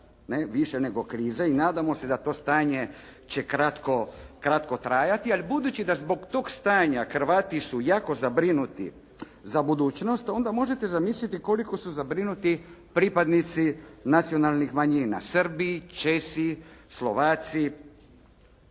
više nego krize i nadamo se da to stanje će kratko trajati, ali budući da zbog stanja Hrvati su jako zabrinuti za budućnost, onda možete zamisliti koliko su zabrinuti pripadnici nacionalnih manjina, Srbi, Česi, Slovaci,